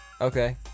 Okay